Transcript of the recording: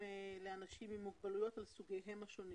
לאנשים עם מוגבלויות על סוגיהם השונים.